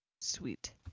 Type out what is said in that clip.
sweet